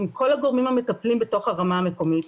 עם כל הגורמים המטפלים ברמה המקומית.